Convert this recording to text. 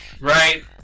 Right